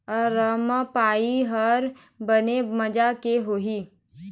अरमपपई हर बने माजा के होही?